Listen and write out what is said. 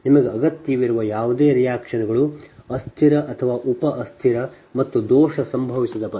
ನಿಮಗೆ ಅಗತ್ಯವಿರುವ ಯಾವುದೇ ರಿಯಾಕ್ಟನ್ಸ್ ಗಳು ಅಸ್ಥಿರ ಅಥವಾ ಉಪ ಅಸ್ಥಿರ ಮತ್ತು ದೋಷ ಸಂಭವಿಸಿದ ಬಸ್